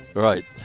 right